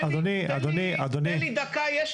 אדוני, תן לי דקה.